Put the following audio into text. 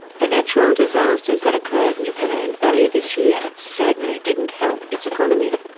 the natural disasters that occurred in japan earlier this year certainly didn't helped its economy,